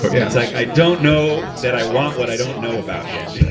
but yeah like i don't know that i want what i don't know about yet.